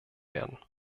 werden